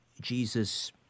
Jesus